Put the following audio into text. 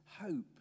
hope